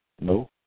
no